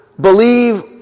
believe